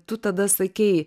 tu tada sakei